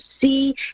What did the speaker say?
see